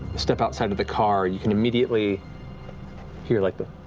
step outside of the car, and you can immediately hear like the